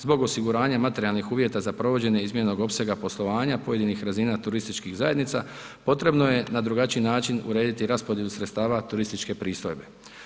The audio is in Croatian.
Zbog osiguranja materijalnih uvjeta za provođenje izmijenjenog opsega poslovanja pojedinih razina turističkih zajednica potrebno je na drugačiji način urediti raspodjelu sredstava turističke pristojbe.